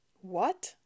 What